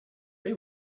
they